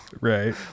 Right